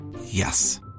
Yes